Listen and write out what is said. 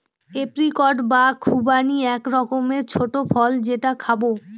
apricot বা খুবানি এক রকমের ছোট্ট ফল যেটা খাবো